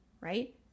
right